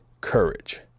courage